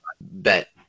bet